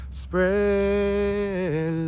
spread